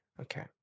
Okay